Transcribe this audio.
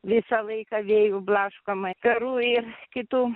visą laiką vėjų blaškoma karų ir kitų